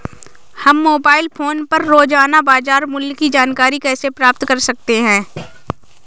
हम mobile phone पर रोजाना बाजार मूल्य की जानकारी कैसे प्राप्त कर सकते हैं?